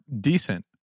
decent